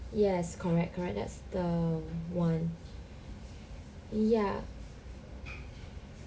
yes correct correct that's the one ya